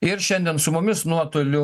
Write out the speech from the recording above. ir šiandien su mumis nuotoliu